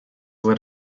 lit